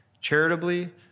charitably